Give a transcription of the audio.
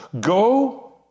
go